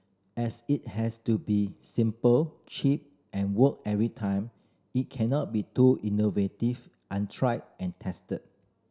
as it has to be simple cheap and work every time it cannot be too innovative untried and tested